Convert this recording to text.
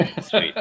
Sweet